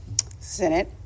Senate